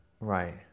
Right